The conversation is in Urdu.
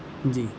جی